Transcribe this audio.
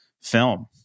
film